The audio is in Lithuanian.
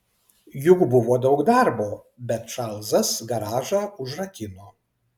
juk buvo daug darbo bet čarlzas garažą užrakino